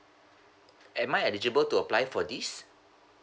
am I eligible to apply for this